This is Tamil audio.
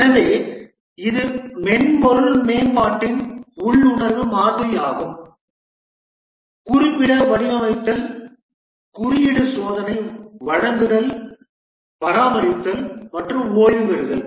எனவே இது மென்பொருள் மேம்பாட்டின் உள்ளுணர்வு மாதிரியாகும் குறிப்பிட வடிவமைத்தல் குறியீடு சோதனை வழங்குதல் பராமரித்தல் மற்றும் ஓய்வு பெறுதல்